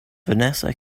vanessa